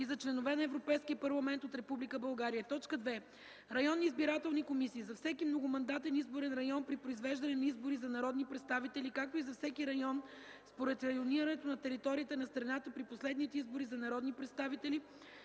и за членове на Европейския парламент от Република България; 2. районни избирателни комисии – за всеки многомандатен изборен район при произвеждане на избори за народни представители, както и за всеки район според районирането на територията на страната при последните избори за народни представители